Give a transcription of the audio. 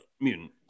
mutant